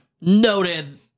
noted